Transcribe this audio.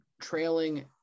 trailing